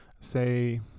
say